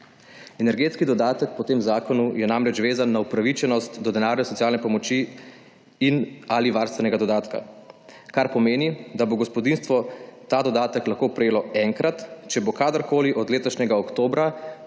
Energetski dodatek po tem zakonu je namreč vezan na upravičenost do denarne socialne pomoči in ali varstvenega dodatka. Kar pomeni, da bo gospodinjstvo ta dodatek lahko prejelo enkrat, če bo kadarkoli od letošnjega oktobra